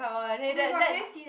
oh-my-god can you see the